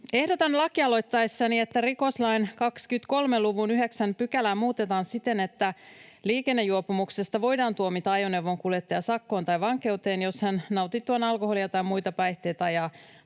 Ehdotan lakialoitteessani, että rikoslain 23 luvun 9 §:ää muutetaan siten, että liikennejuopumuksesta voidaan tuomita ajoneuvonkuljettaja sakkoon tai vankeuteen, jos hän nautittuaan alkoholia tai muita päihteitä